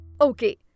Okay